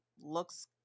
Looks